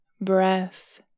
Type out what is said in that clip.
breath